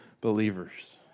believers